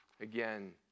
Again